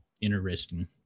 interesting